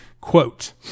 quote